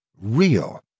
real